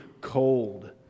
cold